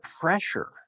pressure